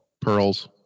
Pearls